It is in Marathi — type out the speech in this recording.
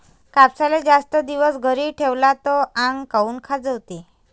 कापसाले जास्त दिवस घरी ठेवला त आंग काऊन खाजवते?